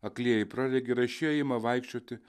aklieji praregi raišieji ima vaikščioti